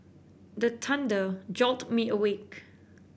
the thunder jolt me awake